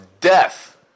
death